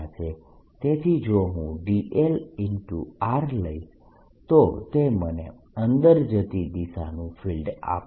તેથી જો હું dl × r લઈશ તો તે મને અંદર જતી દિશાનું ફિલ્ડ આપશે